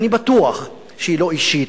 ואני בטוח שהיא לא אישית,